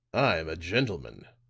i'm a gentleman,